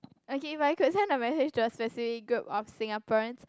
okay if I could send a message to a specific group of Singaporeans